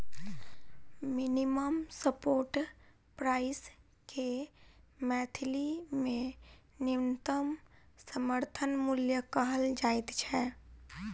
minimum support price के मैथिली मे न्यूनतम समर्थन मूल्य कहल जाइत छै